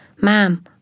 Ma'am